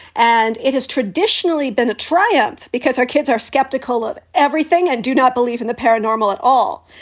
and it has traditionally been a triumph because our kids are skeptical of everything and do not believe in the paranormal at all,